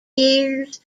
years